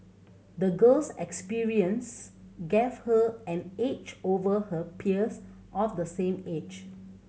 the girl's experience gave her an edge over her peers of the same age